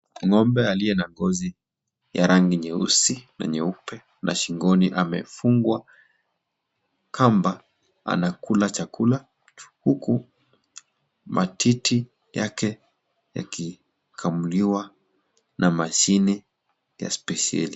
Ng'ombe aliye na ngozi ya rangi nyeusi na nyeupe na shingoni amefungwa kamba anakula chakula huku matiti yake yakikamuliwa na machine ya sipesheli.